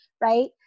right